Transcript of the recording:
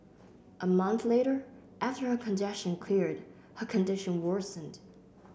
a month later after her congestion cleared her condition worsened